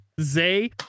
Zay